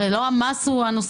הרי לא המס הוא הנושא.